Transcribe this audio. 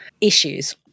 issues